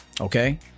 Okay